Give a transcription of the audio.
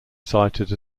cited